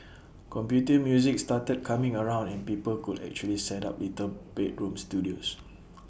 computer music started coming around and people could actually set up little bedroom studios